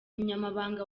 umunyamabanga